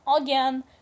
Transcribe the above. again